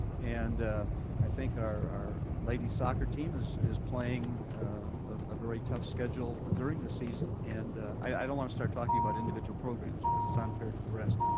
and i think our ladies' soccer team is is playing a very tough schedule during the season, and i don't want to start talking about individual programs because it's unfair to the rest.